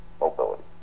mobility